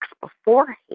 beforehand